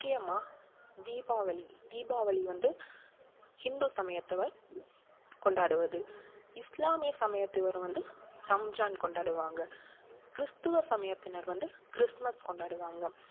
முக்கியமாக தீபாவளி தீபாவளி வந்து ஹிந்து சமயத்தவர் கொண்டாடுவது இஸ்லாமிய சமயத்தவர் வந்து ரம்ஜான் கொண்டாடுவாங்க கிறிஸ்துவ சமயத்தினர் வந்து கிறிஸ்துமஸ் கொண்டாடுவாங்க